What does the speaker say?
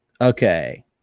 Okay